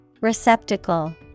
Receptacle